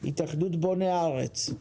התאחדות בוני הארץ,